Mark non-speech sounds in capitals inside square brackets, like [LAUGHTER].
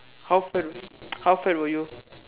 how fat [NOISE] how fat were you